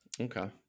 Okay